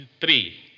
three